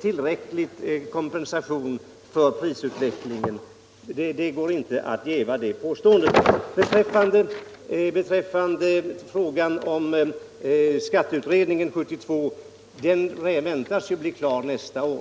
tillräcklig kompensation för prisutvecklingen. Det går inte att jäva det påståendet. Vad beträffar 1972 års skatteutredning vill jag säga att den väntas bli klar nästa år.